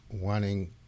wanting